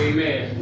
Amen